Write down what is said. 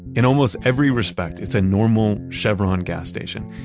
in almost every respect it's a normal chevron gas station.